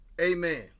Amen